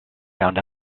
found